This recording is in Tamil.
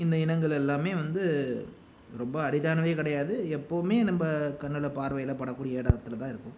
இந்த இனங்கள் எல்லாமே வந்து ரொம்ப அரிதானவை கிடையாது எப்போதுமே நம்ப கண்ணில் பார்வையில் படக்கூடிய இடத்துலதான் இருக்கும்